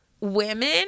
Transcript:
women